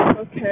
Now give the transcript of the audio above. Okay